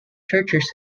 churches